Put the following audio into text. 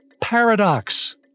paradox